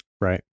Right